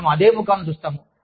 మనము అదే ముఖాలను చూస్తాము